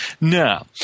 Now